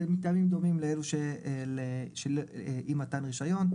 מטעמים דומים לאלו של אי מתן הרישיון,